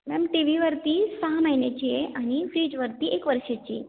ma'am टी वीवरती सहा महिन्यांची आहे आणि फ्रीजवरती एका वर्षाची आहे